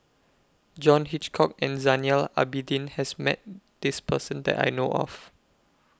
John Hitchcock and Zainal Abidin has Met This Person that I know of